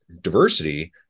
diversity